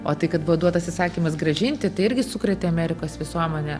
o tai kad buvo duotas įsakymas grąžinti tai irgi sukrėtė amerikos visuomenę